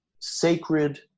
sacred